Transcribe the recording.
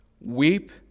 Weep